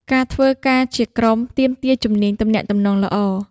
ការធ្វើការជាក្រុមទាមទារ ជំនាញទំនាក់ទំនង ល្អ។